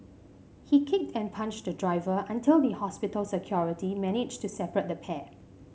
he kicked and punched the driver until the hospital security managed to separate the pair